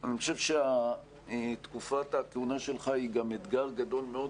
אני חושב שתקופת הכהונה שלך היא גם אתגר גדול מאוד.